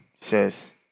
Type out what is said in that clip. says